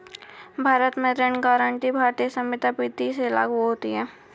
भारत में ऋण गारंटी भारतीय संविदा विदी से लागू होती है